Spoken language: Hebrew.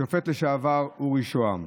השופט לשעבר אורי שהם.